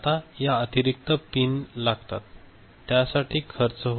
आता या अतिरिक्त पिन लागतात त्यासाठी जास्त खर्च होतो